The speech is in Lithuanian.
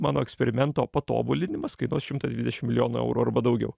mano eksperimento patobulinimas kainuos šimtą dvidešim milijonų eurų arba daugiau